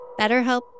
BetterHelp